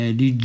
di